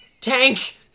Tank